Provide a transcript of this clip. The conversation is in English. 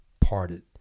parted